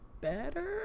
better